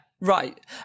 right